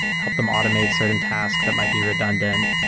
help them automate certain tasks that might be redundant,